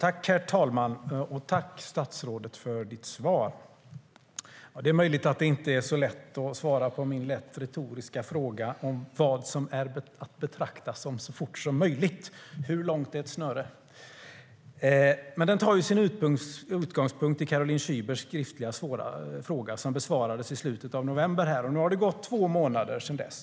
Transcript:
Herr talman! Jag tackar statsrådet för svaret. Det är möjligt att det inte är så lätt att svara på min något retoriska fråga om vad som är att betrakta som så fort som möjligt - hur långt är ett snöre? Frågan tar sin utgångspunkt i Caroline Szybers skriftliga fråga som besvarades i slutet av november. Nu har det gått två månader sedan dess.